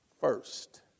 first